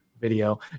video